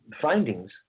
findings